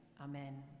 Amen